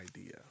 idea